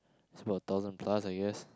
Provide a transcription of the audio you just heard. it's about thousand plus I guess